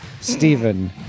Stephen